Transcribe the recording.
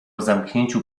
zamknięciu